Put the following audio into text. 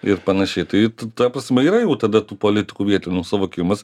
ir panašiai tai ta prasme yra jau tada tų politikų vietinių suvokimas